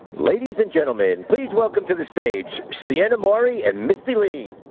ladies and gentlemen, please welcome to the stage, sienna mori and misty lee.